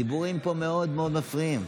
הדיבורים פה מאוד מפריעים.